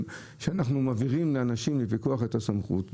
כשאנחנו מעבירים לאנשים את סמכות הפיקוח,